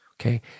okay